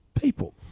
people